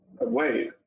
Wait